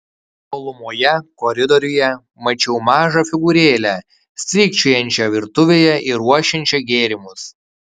tolumoje koridoriuje mačiau mažą figūrėlę strykčiojančią virtuvėje ir ruošiančią gėrimus